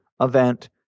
event